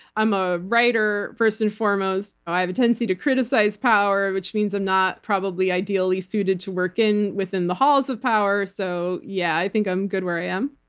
i'm a writer, first and foremost. ah i have a tendency to criticize power, which means i'm not probably ideally suited to work within the halls of power. so yeah, i think i'm good where i am.